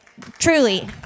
Truly